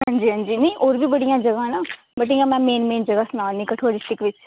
अंजी अंजी होर बी बड़ियां जगहां न एह् में तुसेंगी मेन मेन जगहां सनानी ही कठुआ डिस्ट्रिक्ट दी